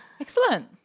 excellent